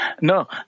No